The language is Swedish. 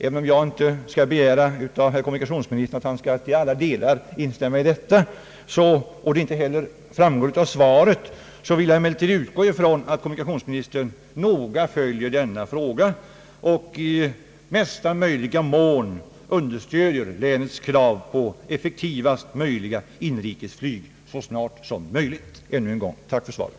Även om jag inte skall begära av kommunikationsministern att han till alla delar skall instämma i detta, och då det inte heller framgår av svaret, vill jag emellertid utgå ifrån att kommunikationsministern noga följer denna fråga och i största mån understödjer länets krav på effektivast möjliga inrikesflyg så snart som möjligt. Ännu en gång tack för svaret.